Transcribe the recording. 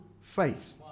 faith